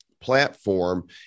platform